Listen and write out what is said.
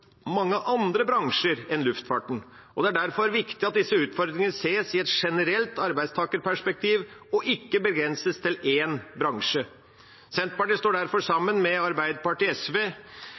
mange andre bransjer enn luftfarten. Det er derfor viktig at disse utfordringene ses i et generelt arbeidstakerperspektiv, og ikke begrenses til én bransje. Senterpartiet står derfor sammen med Arbeiderpartiet og SV